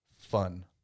fun